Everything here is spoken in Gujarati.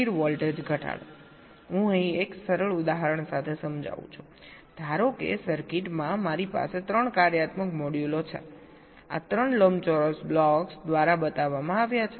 સ્થિર વોલ્ટેજ ઘટાડો હું અહીં એક સરળ ઉદાહરણ સાથે સમજાવું છું ધારો કે સર્કિટમાં મારી પાસે 3 કાર્યાત્મક મોડ્યુલો છે આ 3 લંબચોરસ બ્લોક્સ દ્વારા બતાવવામાં આવ્યા છે